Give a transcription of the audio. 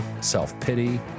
self-pity